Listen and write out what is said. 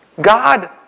God